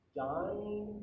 dying